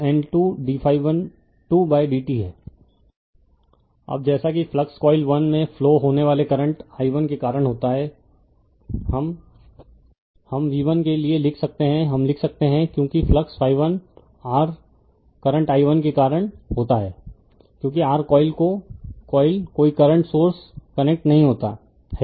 refer slide time 0214 अब जैसा कि फ्लक्स कॉइल 1 में फ्लो होने वाले करंट i1 के कारण होता हैं हम v1 के लिए लिख सकते हैं हम लिख सकते हैं क्योंकि फ्लक्स r करंट i1 के कारण होता है क्योंकि r कॉइल कोई करंट सोर्स कनेक्ट नहीं होता है